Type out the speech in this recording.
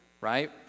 right